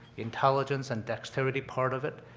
intelligence, and dexterity part of it.